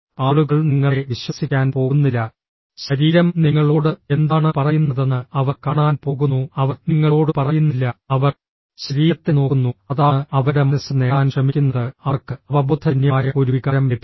ആളുകൾ നിങ്ങളെ വിശ്വസിക്കാൻ പോകുന്നില്ല ശരീരം നിങ്ങളോട് എന്താണ് പറയുന്നതെന്ന് അവർ കാണാൻ പോകുന്നു അവർ നിങ്ങളോട് പറയുന്നില്ല അവർ ശരീരത്തെ നോക്കുന്നു അതാണ് അവരുടെ മനസ്സ് നേടാൻ ശ്രമിക്കുന്നത് അവർക്ക് അവബോധജന്യമായ ഒരു വികാരം ലഭിക്കുന്നു